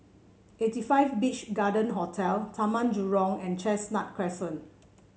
Eighty Five Beach Garden Hotel Taman Jurong and Chestnut Crescent